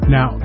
Now